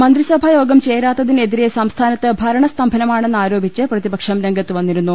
മന്ത്രിസഭായോഗം ചേരാത്തിനെതിരെ സംസ്ഥാ നത്ത് ഭരണസ്തംഭനമാണെന്ന് ആരോപിച്ച് പ്രതിപക്ഷം രംഗത്തുവന്നിരുന്നു